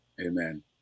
Amen